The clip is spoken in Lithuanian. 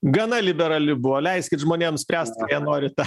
gana liberali buvo leiskit žmonėms spręst ką jie nori tą